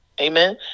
Amen